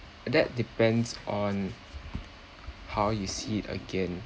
that depends on how you see it again